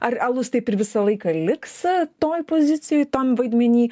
ar alus taip ir visą laiką liks toj pozicijoj tam vaidmeny